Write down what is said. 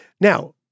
Now